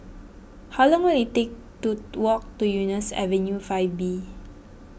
how long will it take to walk to Eunos Avenue five B